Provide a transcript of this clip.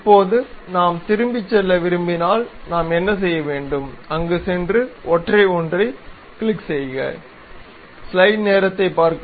இப்போது நாம் திரும்பிச் செல்ல விரும்பினால் நாம் என்ன செய்ய வேண்டும் அங்கு சென்று ஒற்றை ஒன்றைக் கிளிக் செய்க